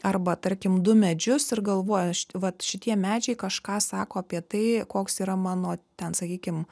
arba tarkim du medžius ir galvoja vat šitie medžiai kažką sako apie tai koks yra mano ten sakykim